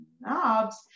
knobs